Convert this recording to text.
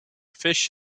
fish